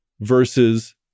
versus